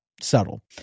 subtle